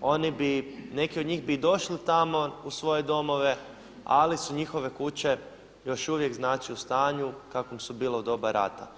oni bi neki od njih bi došli tamo u svoje domove, ali su njihove kuće još uvijek u stanju u kakvom su bile u doba rata.